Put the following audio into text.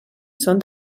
són